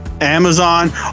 Amazon